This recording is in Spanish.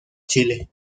chile